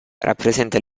rappresenta